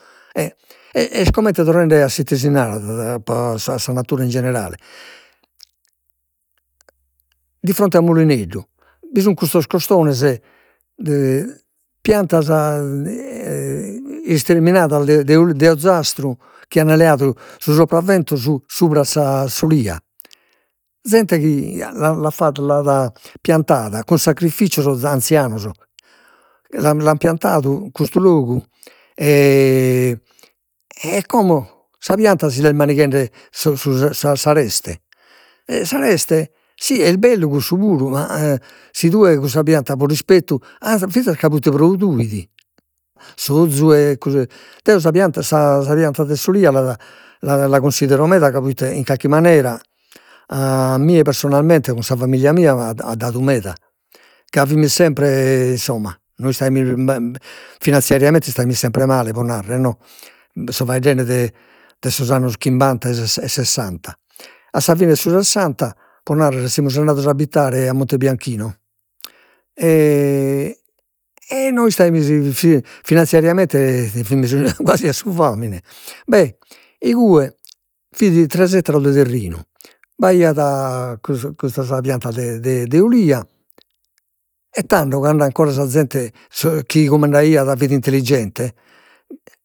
E est comente torrende a s'ite si narat a sa natura in generale, di fronte a Mulineddu bi sun custos costones piantas isterminadas de de ozastru chi an leadu su sopravvento su supra a sa s'olia, zente chi l'at fattu l'at piantada cun sacrifiscios, anzianos, l'an l'an piantadu custu logu e como sa pianta si l'est mandighende su sa s'areste, e s'areste, si est bellu cussu puru, ma e si tue cussa pianta pro rispettu vivet ca proite produit. S'ozu e deo sa pianta sa sa pianta de s'olia la la considero meda ca proite in carchi manera a mie personarmente cun sa familia mia at at dadu meda, ca fimus sempre insomma, no istaimus finanziariamente 'istaimus sempre male pro narrer no, so faeddende de de sos annos chimbanta e e sessanta, a sa fine 'e su sessanta pro narrer semus andados a abitare a Monte Bianchinu, e no istaimus fi- finanziariamente fimus quasi a su famine, beh, igue fit tres ettaros de terrinu, b'aiat cus- custas piantas de de olia e tando cando ancora sa zente ch- chi cumandaiat fit intelligente